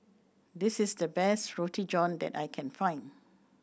this is the best Roti John that I can find